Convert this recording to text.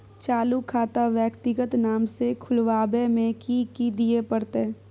चालू खाता व्यक्तिगत नाम से खुलवाबै में कि की दिये परतै?